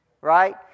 right